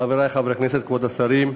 חברי חברי הכנסת, כבוד השרים,